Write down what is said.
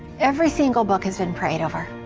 every single book has been prayed over.